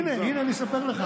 הינה, אני אספר לך.